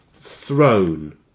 Throne